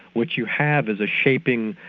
what you have is a shaping,